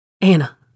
Anna